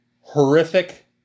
horrific